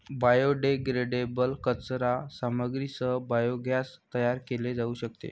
biodegradable कचरा सामग्रीसह biogas तयार केले जाऊ शकते